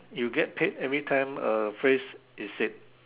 you get paid everytime a phrase is said